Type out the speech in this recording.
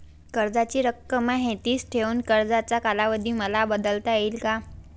कर्जाची रक्कम आहे तिच ठेवून कर्जाचा कालावधी मला बदलता येईल का?